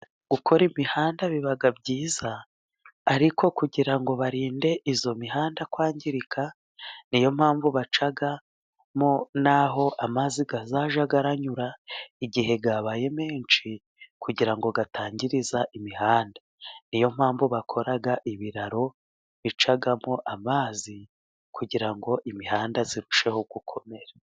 Gukora imihanda biba byiza，ariko kugira ngo barinde iyo mihanda kwangirika， niyo mpamvu bacamo n'aho amazi azaya aranyura， igihe yabaye menshi， kugira ngo atangiriza imihanda. Niyo mpamvu bakora ibiraro bicamo amazi， kugira ngo imihanda irusheho gukomera.